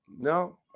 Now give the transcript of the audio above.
no